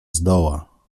zdoła